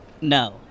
No